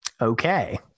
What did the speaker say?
Okay